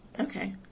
okay